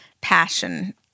passion